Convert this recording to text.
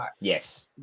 Yes